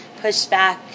pushback